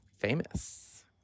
famous